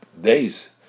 Days